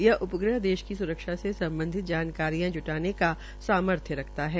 यह उपग्रह देश की सुरक्षा से सम्बधित जानकारियां जूटाने का सामर्थ्य रखता है